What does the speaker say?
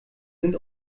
sind